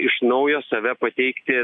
iš naujo save pateikti